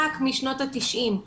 רק משנות ה-90,